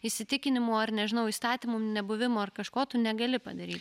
įsitikinimų ar nežinau įstatymų nebuvimo ar kažko tu negali padaryti